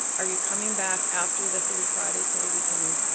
are you coming back after the third friday, so that we can,